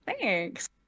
thanks